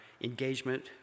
engagement